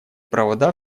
провода